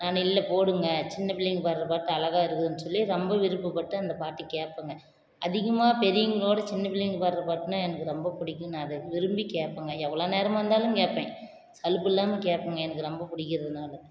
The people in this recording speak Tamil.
நான் இல்லை போடுங்கள் சின்ன பிள்ளைங்க பாடுற பாட்டு அழகா இருக்குதுனு சொல்லி ரொம்ப விருப்பப்பட்டு அந்த பாட்டு கேட்பேங்க அதிகமாக பெரியவங்களோட சின்ன பிள்ளைங்க பாடுற பாட்டுனா எனக்கு ரொம்ப பிடிக்கும் நான் அதை விரும்பி கேட்பேங்க எவ்வளோ நேரமாக இருந்தாலும் கேட்பேன் சலிப்பில்லாமல் கேட்பேங்க எனக்கு ரொம்ப பிடிக்கிறதுனால